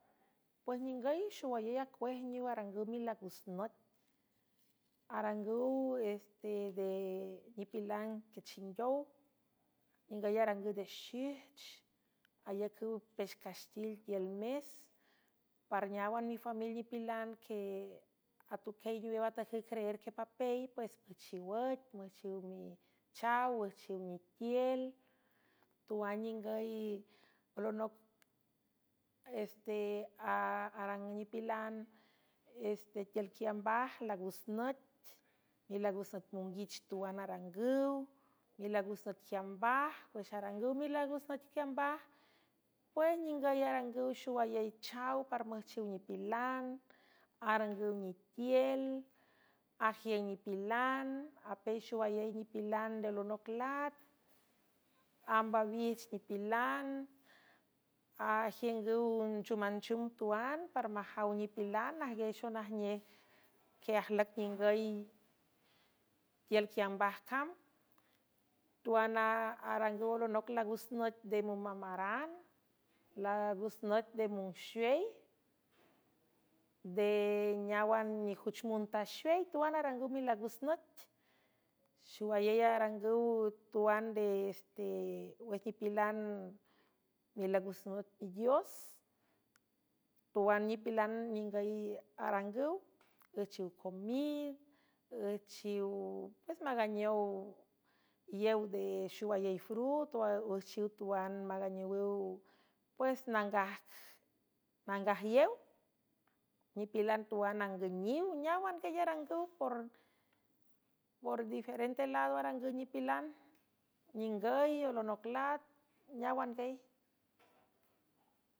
Pues ningüy xowayey acuejniw arangüw milagus noit arangüw sede nipilan quiechingeow ningüy arangüw de xijch ayacüw pexcastil tiül mes parneáwan mifamil nipilan que atuquiey newew atajüw creer quepapel pues püjchiwüc müjchiw ichaw üjchiw nitiel tuanningüy lnes tearangüw nipilan stetiülquiambaj lagus nüt milagus nüt monguich tuan arangüw milagus nüt qiambaj pwüx arangüw milagus nüt qiambaj pues ningüy arangüw xowayey chaw paramüjchiw nipilan arangüw nitiel ajiüng nipilan apel xowayey nipilan nde lonoc lat amb awijch nipilan ajiüngüw chamanchüm tuan parmajaw nipilan ajgiay xonajnej que ajlüc ningüy tiül quiambaj cam tuanarangüw olonoc lagus nüt nde momamaran lagus nüt de munxuel nde neáwan nijuch muntaxuey tuan arangüw milagus nüt xowayey arangüw tuan dewüx nipilan milagus noet nidios tuan nipilnningüy arangüw üjchiw comid jchiwpues maganow yew nde xowayey frut üjchiw tuan maganowüw pues nangaj yew nipilan tuan angüniw neáwan quiey arangüw pr por diferente lado arangüw nipilanningüy olonoc lat neáwan güy.